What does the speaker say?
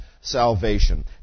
salvation